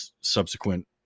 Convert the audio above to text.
subsequent